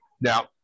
Now